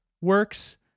works